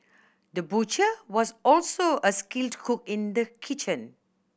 the butcher was also a skilled cook in the kitchen